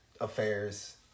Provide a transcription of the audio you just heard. affairs